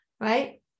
right